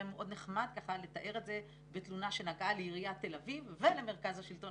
מאוד נחמד לתאר את זה בתלונה שנגעה לעיריית תל אביב ולמרכז השלטון